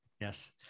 Yes